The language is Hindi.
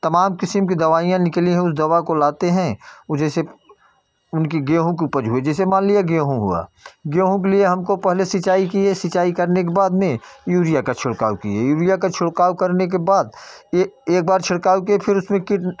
तमाम किस्म की दवाइयाँ निकली हैं उस दवा को लाते हैं उ जैसे उनकी गेहूँ की उपज हुई जैसे मान लिया गेहूँ हुआ गेहूँ के लिए हमको पहले सिंचाई किए सिंचाई करने के बाद में यूरिया का छिड़काव किए यूरिया का छिड़काव करने के बाद ए एक बार छिड़काव किए फ़िर उसमें कीट